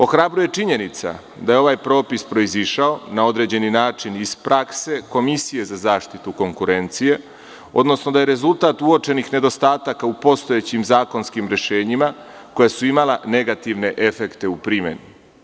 Ohrabruje činjenica da je ovaj propis proizašao na određeni način iz prakse Komisije za zaštitu konkurencije, odnosno da je rezultat uočenih nedostataka u postojećim zakonskim rešenjima koja su imala negativne efekte u primeni.